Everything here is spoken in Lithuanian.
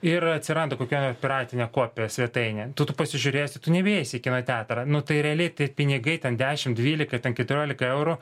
ir atsiranda kokia piratinė kopija svetainėje tu tu pasižiūrėsi tu nebeisi į kino teatrą nu tai realiai tai pinigai ten dešimt dvylika ten keturiolika eurų